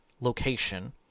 location